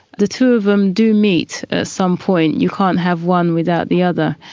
the two of them do meet at some point. you can't have one without the other.